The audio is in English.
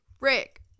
Rick